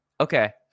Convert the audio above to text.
Okay